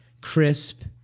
crisp